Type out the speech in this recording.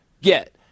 get